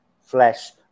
flesh